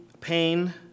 pain